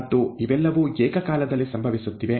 ಮತ್ತು ಇವೆಲ್ಲವೂ ಏಕಕಾಲದಲ್ಲಿ ಸಂಭವಿಸುತ್ತಿವೆ